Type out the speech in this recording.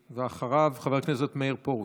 ואחריו, חבר הכנסת מאיר פרוש.